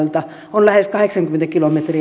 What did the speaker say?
on lähes kahdeksankymmentä kilometriä